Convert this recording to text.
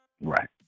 Right